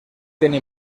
tiene